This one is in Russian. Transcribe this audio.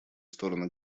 стороны